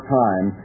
time